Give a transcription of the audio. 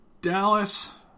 Dallas